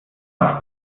was